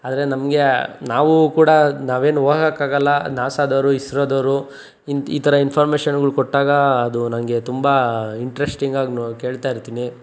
ಆದರೆ ನಮಗೆ ನಾವು ಕೂಡ ನಾವೇನು ಹೋಗೋಕ್ಕಾಗಲ್ಲ ನಾಸಾದವರು ಇಸ್ರೋದವರು ಇನ್ನು ಈ ಥರ ಇನ್ಫಾರ್ಮೇಷನ್ಗಳು ಕೊಟ್ಟಾಗ ಅದು ನನಗೆ ತುಂಬ ಇಂಟ್ರಶ್ಟಿಂಗ್ ಆಗಿ ನ್ ಕೇಳ್ತಾಯಿರ್ತೀನಿ